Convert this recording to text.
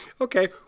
Okay